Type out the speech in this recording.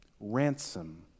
Ransom